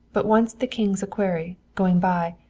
but once the king's equerry, going by,